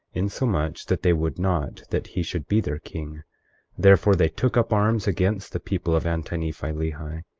insomuch that they would not that he should be their king therefore, they took up arms against the people of anti-nephi-lehi.